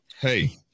hey